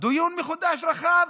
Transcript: זה דיון מחודש ומורחב.